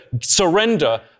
surrender